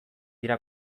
dira